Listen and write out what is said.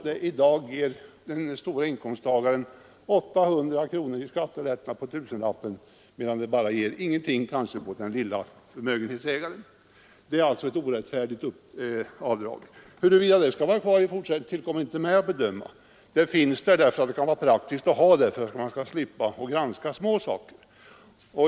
Det ger den stora inkomsttagaren 800 kronor i skattelättnad på tusenlappen, medan den lilla kanske får ingenting. Huruvida detta avdrag skall vara kvar i fortsättningen tillkommer inte mig att bedöma. Det kan hända skall vara kvar för att det kan vara praktiskt att slippa granska små belopp på deklarationerna.